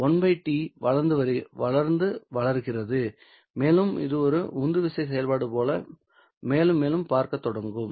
1 t வளர்ந்து வளர்கிறது மேலும் இது ஒரு உந்துவிசை செயல்பாடு போல மேலும் மேலும் பார்க்கத் தொடங்கும்